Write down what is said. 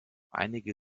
einige